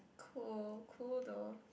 cool cool though